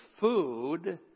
food